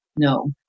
no